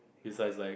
it's like like